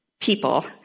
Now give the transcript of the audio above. people